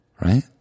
Right